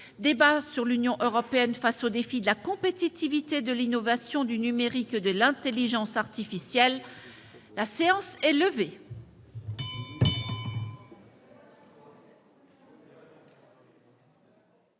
Débat sur l'Union européenne face aux défis de la compétitivité, de l'innovation, du numérique et de l'intelligence artificielle. Personne ne